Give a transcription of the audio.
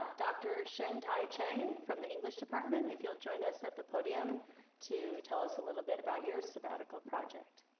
dr. sheng-tai cheng from the english department, if you'll join us at the podium to tell us a little bit about your sabbatical project.